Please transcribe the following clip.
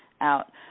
out